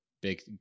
big